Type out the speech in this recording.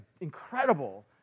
incredible